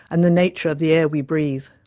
and the nature of the air we breathe.